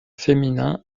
féminin